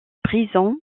brisson